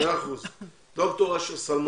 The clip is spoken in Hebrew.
-- תודה רבה.